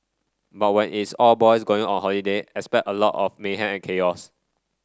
but when it's all boys going on holiday expect a lot of mayhem and chaos